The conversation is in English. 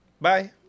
Bye